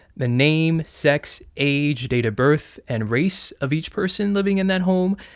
the name, sex, age, date of birth and race of each person living in that home,